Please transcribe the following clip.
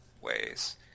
ways